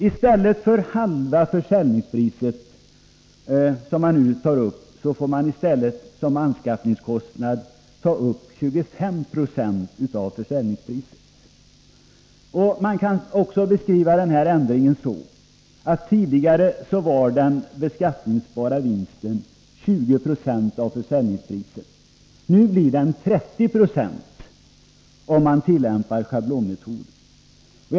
I stället för att man som nu får ta upp halva försäljningspriset som anskaffningskostnad, får man enligt förslaget ta upp 25 96 av försäljningspriset. Ändringen kan beskrivas så, att tidigare var den beskattningsbara vinsten 20 90 av försäljningspriset, men den blir nu 30 26 om man tillämpar schablonmetoden.